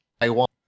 Taiwan